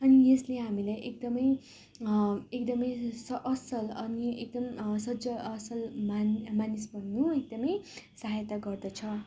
अनि यसले हामीलाई एकदमै एकदमै असल अनि एकदमै सज असल मान् मानिस बन्नु एकदमै सहायता गर्दछ